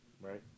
Right